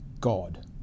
God